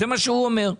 זה מה שהוא אומר.